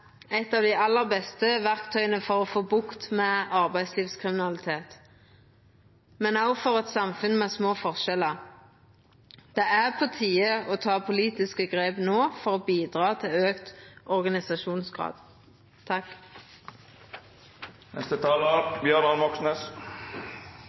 eit av dei aller beste verktøya for å få bukt med arbeidslivskriminalitet, men òg for å få eit samfunn med små forskjellar. Det er på tide å ta politiske grep no for å bidra til